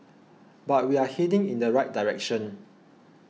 but we are heading in the right direction